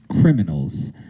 criminals